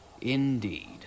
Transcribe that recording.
Indeed